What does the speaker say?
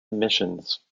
missions